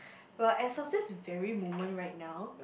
well as of this very moment right now